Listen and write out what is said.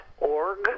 org